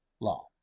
law